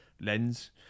lens